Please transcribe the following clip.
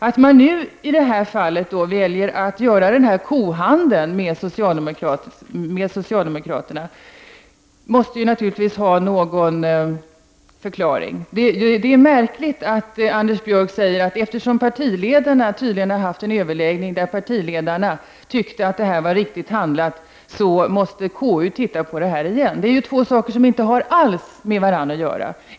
Att moderaterna i det här fallet nu väljer att kohandla med socialdemokraterna måste naturligtvis ha någon förklaring. Det är märkligt att Anders Björck säger: Eftersom partiledarna har haft en överläggning i vilken partiledarna har tyckt att detta var riktigt handlat, måste KU se på frågan igen. Detta är två saker som inte alls har med varandra att göra.